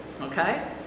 okay